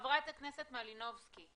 חברת הכנסת מלינובסקי,